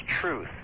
truth